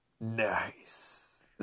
nice